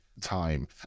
time